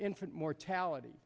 infant mortality